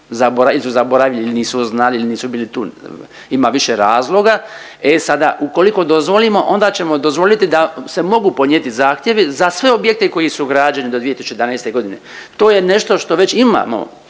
ili su zaboravili ili nisu bili tu. Ima više razloga. E sada ukoliko dozvolimo onda ćemo dozvoliti da se mogu podnijeti zahtjevi za sve objekte koji su građeni do 2011. godine. To je nešto što već imamo